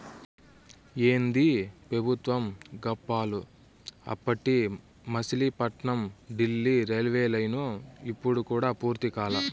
ఏందీ పెబుత్వం గప్పాలు, అప్పటి మసిలీపట్నం డీల్లీ రైల్వేలైను ఇప్పుడు కూడా పూర్తి కాలా